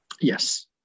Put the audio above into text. Yes